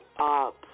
up